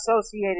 associated